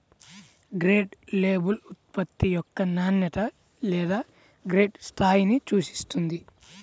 grade label ఉత్పత్తి యొక్క నాణ్యత లేదా గ్రేడ్ స్థాయిని సూచిస్తుంది